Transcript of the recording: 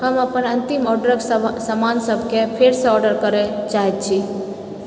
हम अपन अन्तिम ऑर्डरके समानसभकेँ फेरसँ ऑर्डर करए चाहैत छी